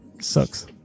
sucks